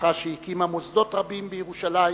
משפחה שהקימה מוסדות רבים בירושלים,